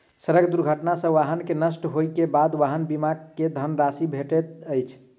सड़क दुर्घटना सॅ वाहन के नष्ट होइ के बाद वाहन बीमा के धन राशि भेटैत अछि